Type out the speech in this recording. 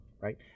Right